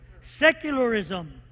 secularism